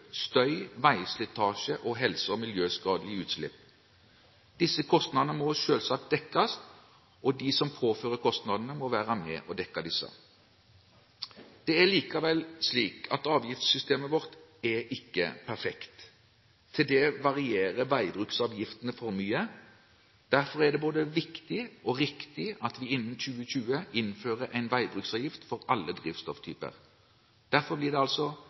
støy, veislitasje og helse- og miljøskadelige utslipp. Disse kostnadene må selvsagt dekkes. De som påfører kostnadene, må være med på å dekke dem. Det er likevel slik at avgiftssystemet vårt ikke er perfekt. Til det varierer veibruksavgiftene for mye. Derfor er det både viktig og riktig at vi innen 2020 innfører en veibruksavgift for alle drivstofftyper. Derfor blir det